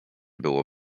było